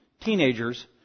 teenagers